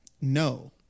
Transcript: no